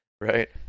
right